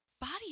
body